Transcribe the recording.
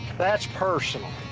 that's personal.